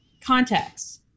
context